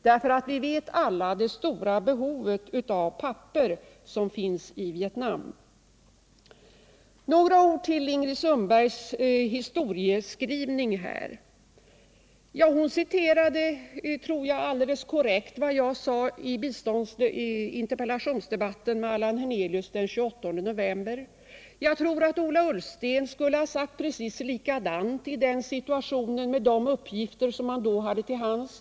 Vi känner ju alla till det stora behovet av papper i Vietnam. Några ord om Ingrid Sundbergs historieskrivning: Jag tror hon citerade alldeles korrekt vad jag sade i interpellationsdebatten med Allan Hernelius den 25 november 1975. Jag tror att Ola Ullsten skulle ha sagt precis likadant i den situationen, med de uppgifter som fanns till hands.